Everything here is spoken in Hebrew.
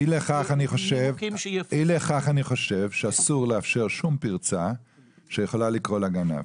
אי לכך אני חושב שאסור לאפשר שום פרצה שיכולה לקרוא לגנב.